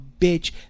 bitch